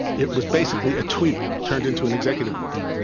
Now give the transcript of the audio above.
it was basically a tweet turned into an executive order.